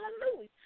Hallelujah